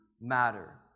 matter